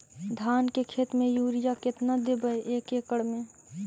धान के खेत में युरिया केतना देबै एक एकड़ में?